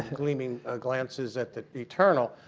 gleaming glances at the eternal,